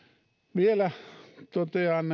vielä totean